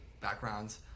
backgrounds